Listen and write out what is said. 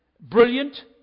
brilliant